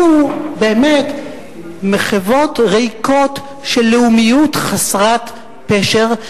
אלו באמת מחוות ריקות של לאומיות חסרת פשר,